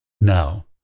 Now